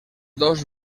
dos